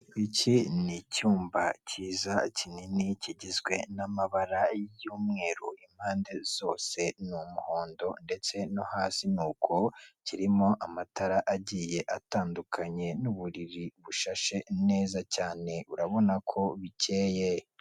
Iki ni icyumba cyiza kinini kigizwe n'amabara y'umweru impande zose n'umuhondo, ndetse no hasi nuko. Kirimo amatara agiye atandukanye n'uburiri bushashe neza cyane urabona ko bikeye.